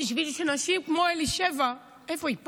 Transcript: כדי שנשים כמו אלישבע, איפה היא?